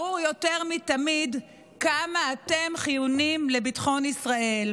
ברור יותר מתמיד כמה אתם חיוניים לביטחון ישראל.